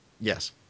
Yes